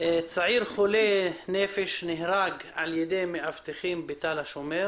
צעיר חולה נפש נהרג על ידי מאבטחים בתל השומר.